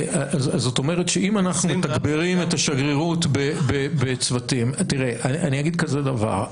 זאת אומרת שאם אנחנו מתגברים את השגרירות בצוותים אני אגיד כזה דבר,